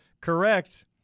correct –